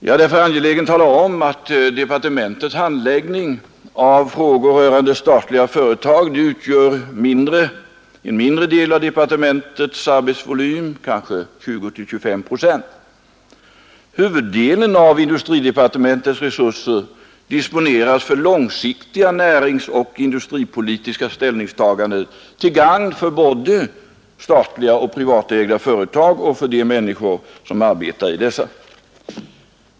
Jag är därför angelägen att tala om att departementets handläggning av frågor rörande statliga företag utgör en mindre del av departementets arbetsvolym, kanske 20—25 procent. Huvuddelen av industridepartementets resurser disponeras för långsiktiga näringsoch industripolitiska ställningstaganden till gagn för både statliga och privatägda företag och för de människor som arbetar i dessa.